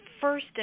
first